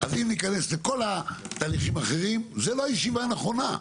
אז אם ניכנס לכל התהליכים האחרים זה לא הישיבה הנכונה,